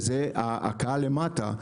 זה הקהל למטה,